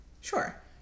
Sure